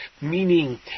meaning